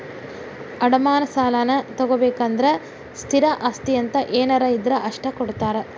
ಅಡಮಾನ ಸಾಲಾನಾ ತೊಗೋಬೇಕಂದ್ರ ಸ್ಥಿರ ಆಸ್ತಿ ಅಂತ ಏನಾರ ಇದ್ರ ಅಷ್ಟ ಕೊಡ್ತಾರಾ